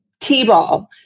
t-ball